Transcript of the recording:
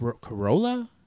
Corolla